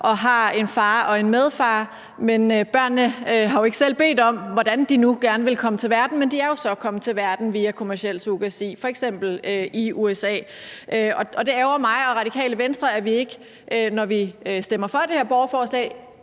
som har en far og en medfar. Men børnene har jo ikke selv bedt om, hvordan de nu gerne ville komme til verden, men de er jo så kommet til verden via kommerciel surrogati, f.eks. i USA, og det ærgrer mig og Radikale Venstre, at vi, når vi stemmer for det her borgerforslag,